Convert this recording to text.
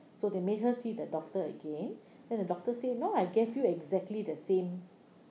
so they made her see the doctor again then the doctor say no I gave you exactly the same